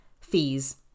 fees